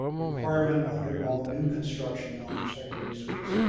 requirement under all new construction now for secondary suites,